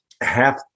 half